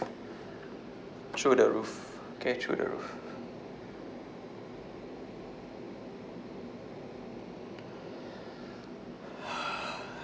through the roof okay through the roof